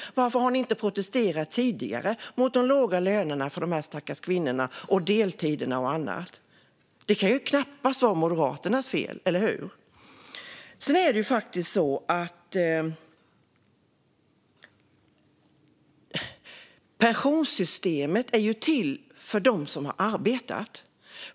Varför har ni inte protesterat tidigare mot de låga lönerna för dessa stackars kvinnor, deltiderna och annat? Det kan knappast vara Moderaternas fel, eller hur? Pensionssystemet är till för dem som har arbetat.